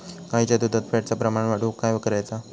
गाईच्या दुधात फॅटचा प्रमाण वाढवुक काय करायचा?